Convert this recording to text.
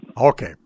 Okay